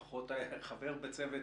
לפחות היית חבר בצוות